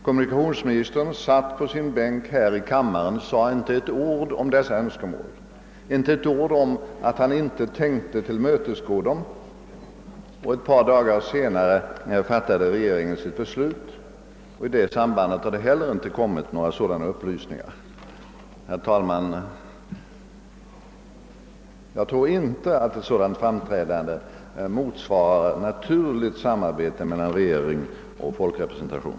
Kommunikationsministern satt den gången på sin bänk här i kammaren och sade inte ett ord om att han inte tänkte tillmötesgå dessa önskemål. Ett par dagar senare fattade regeringen sitt beslut. Inte heller i detta sammanhang meddelades de önskade upplysningarna. Herr talman! Jag tror inte att ett sådant uppträdande motsvarar ett naturligt önskemål om samarbete mellan regering och folkrepresentation.